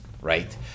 right